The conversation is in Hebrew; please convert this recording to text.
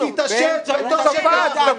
בנט התעשת, וטוב שכך.